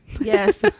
Yes